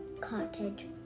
cottage